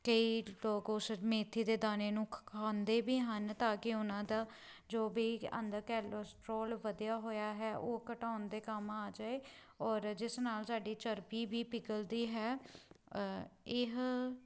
ਕਈ ਲੋਕ ਉਸ ਮੇਥੀ ਦੇ ਦਾਣੇ ਨੂੰ ਖਾਂਦੇ ਵੀ ਹਨ ਤਾਂ ਕਿ ਉਹਨਾਂ ਦਾ ਜੋ ਵੀ ਅੰਦਰ ਕੈਲੋਸਟ੍ਰੋਲ ਵਧਿਆ ਹੋਇਆ ਹੈ ਉਹ ਘਟਾਉਣ ਦੇ ਕੰਮ ਆ ਜਾਵੇ ਔਰ ਜਿਸ ਨਾਲ ਸਾਡੀ ਚਰਬੀ ਵੀ ਪਿਘਲਦੀ ਹੈ ਇਹ